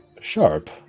Sharp